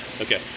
Okay